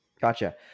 Gotcha